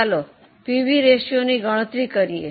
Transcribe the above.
ચાલો પીવી રેશિયોની ગણતરી કરીએ